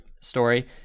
story